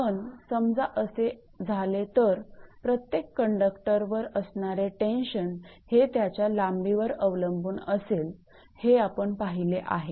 पण समजा असे झाले तर प्रत्येक कंडक्टरवर असणारे टेन्शन हे त्याच्या लांबीवर अवलंबून असेलहे आपण पाहिले आहे